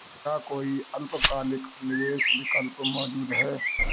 क्या कोई अल्पकालिक निवेश विकल्प मौजूद है?